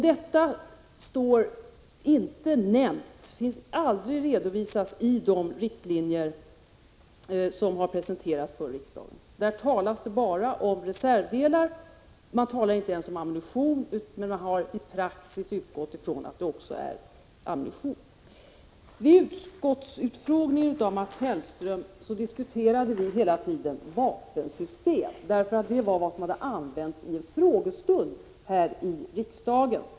Detta är aldrig redovisat i de riktlinjer som presenterats för riksdagen. Där talas det bara om reservdelar. Man talar inte ens om ammunition men har i praxis utgått från att det gäller också ammunition. Vid utskottets utfrågning av Mats Hellström diskuterade vi hela tiden ”vapensystem”. Det var den term som användes i en frågestund här i riksdagen.